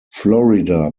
florida